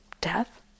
Death